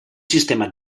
sistema